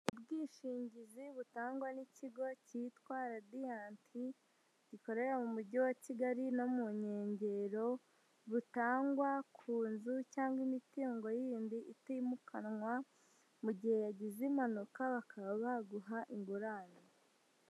Ubwishingizi butangwa n'ikigo cyitwa Radiant, gikorera mu mujyi wa Kigali no mu nkengero, butangwa ku nzu cyangwa imitungo yindi itimukanwa, mu gihe yagize impanuka bakaba baguha ingurane.